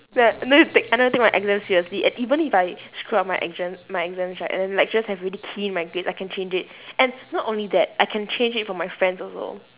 like no need take I never take my exam seriously and even if I screw up my exam my exams right and lecturers have already key in my grades I can change it and not only that I can change it for my friends also